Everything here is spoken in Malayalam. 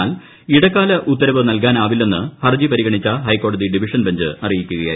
എന്നാൽ ഇടക്കാല ഉത്തരവ് നൽകാനാവില്ലെന്ന് ഹർജി പരിഗണിച്ചു ഹൈക്കോടതി ഡിവിഷൻ ബെഞ്ച് അറിയിക്കുകയായിരുന്നു